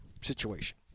situation